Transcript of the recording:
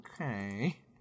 Okay